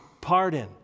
pardon